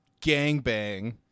gangbang